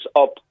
up